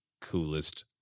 coolest